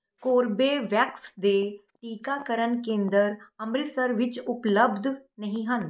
Corbevax ਦੇ ਟੀਕਾਕਰਨ ਕੇਂਦਰ ਅੰਮ੍ਰਿਤਸਰ ਵਿੱਚ ਉਪਲਬਧ ਨਹੀਂ ਹਨ